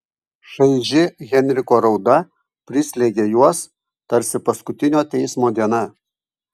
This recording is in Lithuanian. šaiži henriko rauda prislėgė juos tarsi paskutinio teismo diena